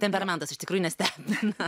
temperamentas iš tikrųjų nestebina